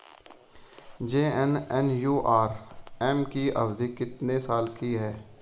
JNNURM की अवधि कितने साल की है?